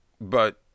But